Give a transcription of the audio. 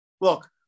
look